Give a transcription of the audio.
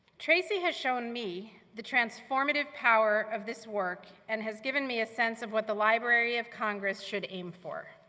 tracy has shown me the transformative power of this work and has given me a sense of what the library of congress should aim for.